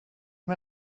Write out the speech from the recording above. med